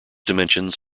dimensions